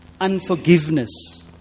unforgiveness